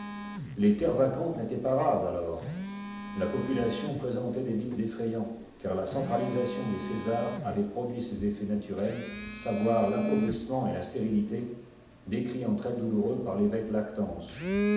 les terres vacantes n'étaient pas rares alors la population présentait des vides effrayants car la centralisation des césars avait produit ses effets naturels savoir l'appauvrissement et la stérilité décrits en traits douloureux par l'évôque lactance